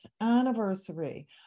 anniversary